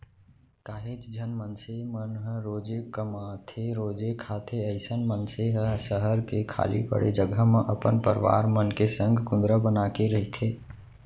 काहेच झन मनसे मन ह रोजे कमाथेरोजे खाथे अइसन मनसे ह सहर के खाली पड़े जघा म अपन परवार मन के संग कुंदरा बनाके रहिथे